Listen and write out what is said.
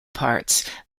part